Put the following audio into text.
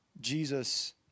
Jesus